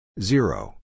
Zero